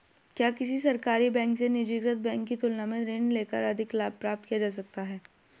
क्या किसी सरकारी बैंक से निजीकृत बैंक की तुलना में ऋण लेकर अधिक लाभ प्राप्त किया जा सकता है?